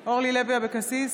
אבקסיס,